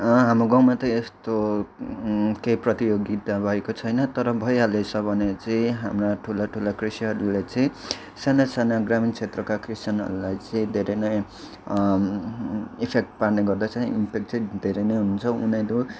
हाम्रो गाउँमा यस्तो केही प्रतियोगिता भएको छैन तर भएहालेछ भने चाहिँ हाम्रा ठुला ठुला कृषिहरूले चाहिँ साना साना ग्रामीण क्षेत्रका किसानहरूलाई चाहिँ धरै नै इफेक्ट पार्ने गर्दछ इफेक्ट चाहिँ धेरै नै हुन्छ उनीहरू